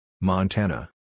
Montana